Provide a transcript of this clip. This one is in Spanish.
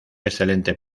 excelente